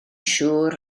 siŵr